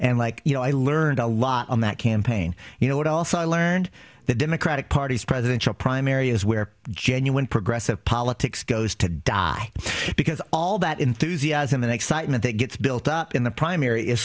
and like you know i learned a lot on that campaign you know what else i learned the democratic party's presidential primary is where genuine progressive politics goes to die because all that enthusiasm and excitement that gets built up in the primary